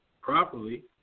properly